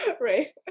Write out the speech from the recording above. Right